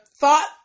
thought